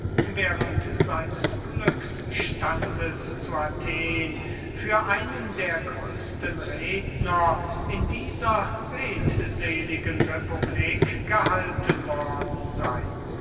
während seines glücksstandes zu athen für einen der größesten redner in dieser schwatzhaften republik gehalten worden sei